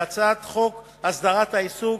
בהצעת חוק הסדרת העיסוק